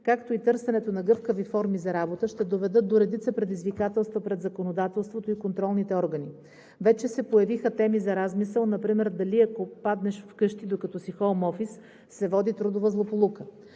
както и търсенето на гъвкави форми за работа, ще доведат до редица предизвикателства пред законодателството и контролните органи. Вече се появиха теми за размисъл – например, дали ако паднеш вкъщи, докато си хоум офис, се води трудова злополука?